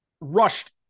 rushed